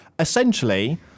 Essentially